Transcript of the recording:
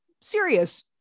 serious